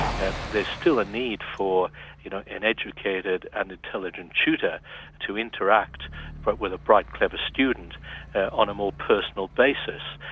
and there is still a need for you know an educated and intelligent tutor to interact but with a bright, clever student on a more personal basis,